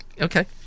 Okay